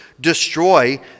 destroy